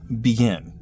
begin